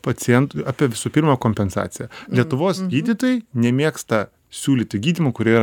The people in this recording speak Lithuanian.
pacientui apie visų pirma kompensaciją lietuvos gydytojai nemėgsta siūlyti gydymų kurie